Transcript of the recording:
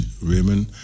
Raymond